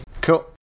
Cool